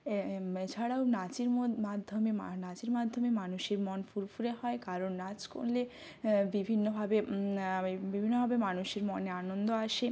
এছাড়াও নাচের মোদ মাধ্যমে মা নাচের মাধ্যমে মানুষের মন ফুরফুরে হয় কারণ নাচ করলে বিভিন্নভাবে বিভিন্নভাবে মানুষের মনে আনন্দ আসে